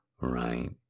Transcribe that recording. right